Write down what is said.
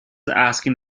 asking